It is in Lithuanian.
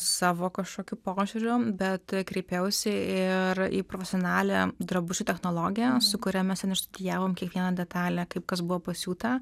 savo kažkokiu požiūriu bet kreipiausi ir į profesionalią drabužių technologę su kuria mes ten išstudijavom kiekvieną detalę kaip kas buvo pasiūta